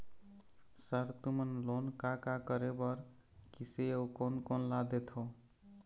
Sir तुमन loan का का करें बर, किसे अउ कोन कोन ला देथों?